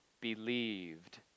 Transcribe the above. believed